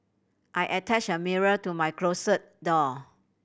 I attached a mirror to my closet door